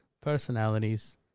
personalities